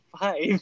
five